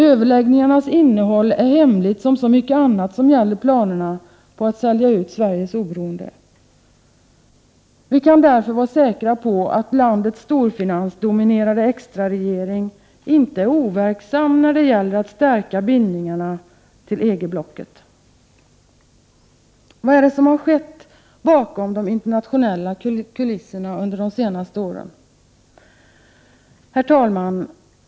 Överläggningarnas innehåll är hemligt, som så mycket annat som gäller planerna på att sälja ut Sveriges oberoende. Vi kan därför vara säkra på att landets storfinansdominerade extraregering inte är overksam när det gäller att stärka bindningarna till EG-blocket. Vad är det som har skett bakom de internationella kulisserna under de senaste åren? Herr talman!